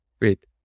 wait